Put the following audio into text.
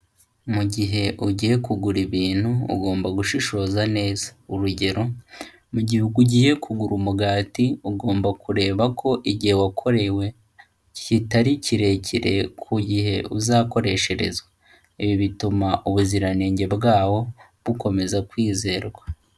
Mu gihe ugiye kugura ibintu ugomba gushishoza neza. Urugero mu gihe ugiye kugura umugati, ugomba kureba ko igihe wakorewe kitari kirekire ku gihe uzakoreshezwa, ibi bituma ubuziranenge bwawo bukomeza kwizerwa.